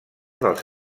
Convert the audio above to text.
dels